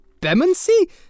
bemancy